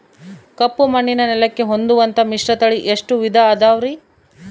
ಕಪ್ಪುಮಣ್ಣಿನ ನೆಲಕ್ಕೆ ಹೊಂದುವಂಥ ಮಿಶ್ರತಳಿ ಎಷ್ಟು ವಿಧ ಅದವರಿ?